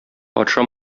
патша